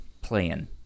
playing